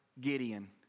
Gideon